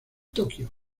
tokio